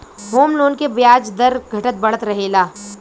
home loan के ब्याज दर घटत बढ़त रहेला